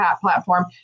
platform